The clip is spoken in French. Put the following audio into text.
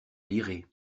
lirai